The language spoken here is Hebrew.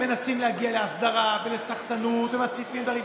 מנסים להגיע להסדרה ולסחטנות ומציפים דברים.